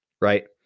right